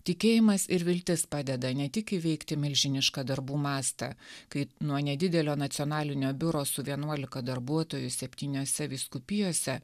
tikėjimas ir viltis padeda ne tik įveikti milžinišką darbų mastą kai nuo nedidelio nacionalinio biuro su vienuolika darbuotojų septyniose vyskupijose